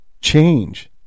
change